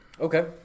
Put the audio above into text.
Okay